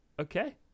okay